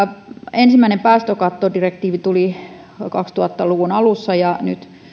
ensimmäinen päästökattodirektiivi tuli kaksituhatta luvun alussa ja nyt